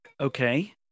Okay